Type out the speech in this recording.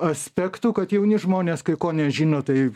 aspektų kad jauni žmonės kai ko nežino tai